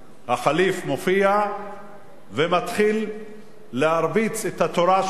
הח'ליף מופיע ומתחיל להרביץ את התורה שלו.